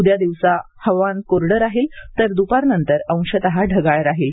उद्या दिवसा हवामान कोरडं राहील तर द्रपारनंतर अंशत ढगाळ राहील